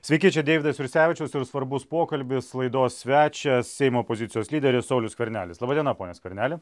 sveiki čia deividas jursevičius ir svarbus pokalbis laidos svečias seimo opozicijos lyderis saulius skvernelis laba diena pone skverneli